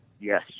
Yes